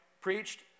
Preached